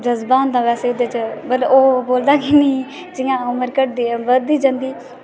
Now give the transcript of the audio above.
जज्बा होंदा बैसे एह्दे च पर ओह् बोल्लदा नेईं जियां उमर बधदी जंदी